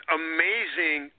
amazing